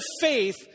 faith